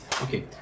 Okay